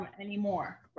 anymore